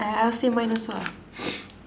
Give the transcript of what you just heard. I ask you mine also lah